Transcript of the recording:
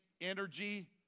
energy